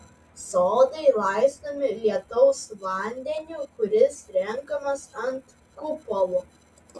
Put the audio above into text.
sodai laistomi lietaus vandeniu kuris renkamas ant kupolų